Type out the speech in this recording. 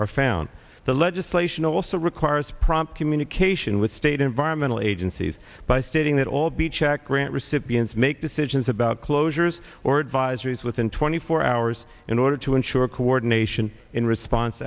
are found the legislation also requires prompt communication with state environmental agencies by stating that all be checked grant recipients make decisions about closures or advisories within twenty four hours in order to ensure coordination in response